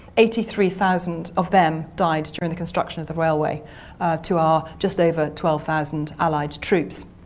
eighty three thousand of them died during the construction of the railway to our just over twelve thousand allied troops.